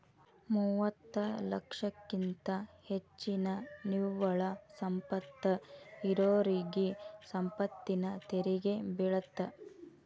ಮೂವತ್ತ ಲಕ್ಷಕ್ಕಿಂತ ಹೆಚ್ಚಿನ ನಿವ್ವಳ ಸಂಪತ್ತ ಇರೋರಿಗಿ ಸಂಪತ್ತಿನ ತೆರಿಗಿ ಬೇಳತ್ತ